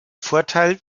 vorteil